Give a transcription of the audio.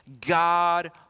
God